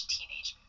Teenage